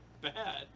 bad